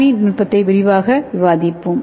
we நுட்பத்தை விரிவாக விவாதிப்போம்